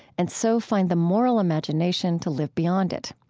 and so find the moral imagination to live beyond it.